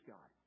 God